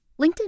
LinkedIn